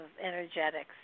energetics